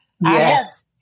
Yes